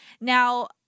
Now